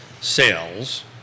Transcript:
sales